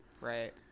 Right